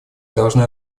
должны